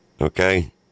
okay